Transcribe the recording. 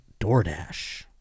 DoorDash